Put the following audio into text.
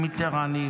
עם מטרני,